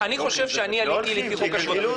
אני חושב שאני עליתי לפי חוק השבות,